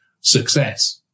success